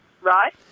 Right